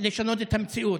לשנות את המציאות,